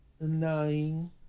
nine